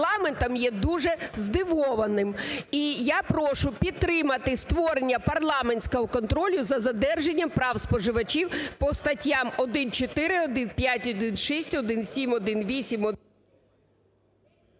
є дуже здивованим. І я прошу підтримати створення парламентського контролю за додержання прав споживачів по статтям 1.4, 1.5, 1.6, 1.7, 1.8…